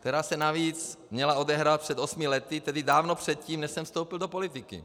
která se navíc měla odehrát přes osmi lety, tedy dávno předtím, než jsem vstoupil do politiky.